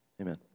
Amen